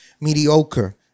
mediocre